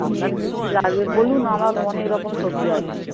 আপনার কী কী লাগবে বলুন আমার অনেক রকম সবজি আছে